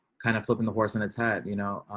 kind of flipping the horse on its head. you know,